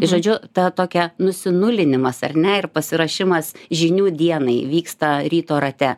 žodžiu ta tokia nusinulinimas ar ne ir pasiruošimas žinių dienai vyksta ryto rate